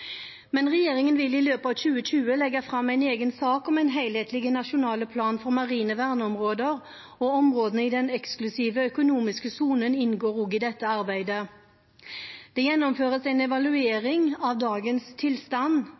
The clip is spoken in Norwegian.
Men regjeringen vil i løpet av 2020 legge fram en egen sak om en helhetlig nasjonal plan for marine verneområder. Områdene i den eksklusive økonomiske sonen inngår også i dette arbeidet. Det gjennomføres en evaluering av dagens tilstand,